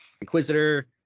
Inquisitor